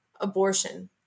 abortion